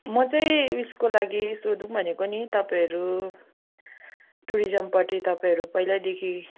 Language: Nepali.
म चाहिँ ऊ यसको लागि सोधौँ भनेको नि तपाईँहरू टुरिजमपट्टि तपाईँहरू पहिल्यैदेखि